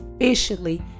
officially